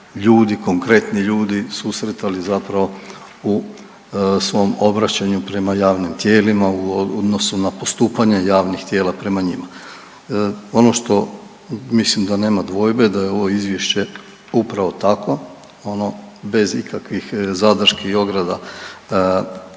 konkretni ljudi susretali zapravo u svom obraćanju prema javnim tijelima u odnosu na postupanje javnih tijela prema njima. Ono što mislim da nema dvojbe da je ovo izvješće upravo takvo, ono bez ikakvih zadrški i ograda